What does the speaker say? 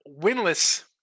winless